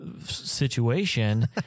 situation